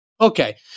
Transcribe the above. Okay